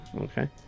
okay